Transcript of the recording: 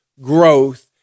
growth